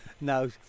No